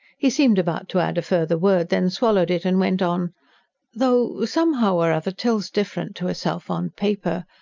he seemed about to add a further word, then swallowed it, and went on though, somehow or other, till's different to herself, on paper.